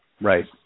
Right